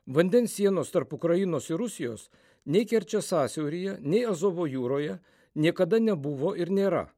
vandens sienos tarp ukrainos ir rusijos nei kerčės sąsiauryje nei azovo jūroje niekada nebuvo ir nėra